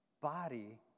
body